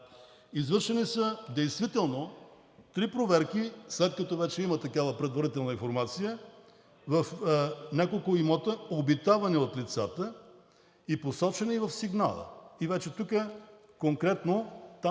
Извършени са действително три проверки, след като има такава предварителна информация, в няколко имота, обитавани от лицата и посочени в сигнала. И вече конкретно –